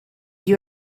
you